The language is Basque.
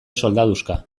soldaduska